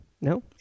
No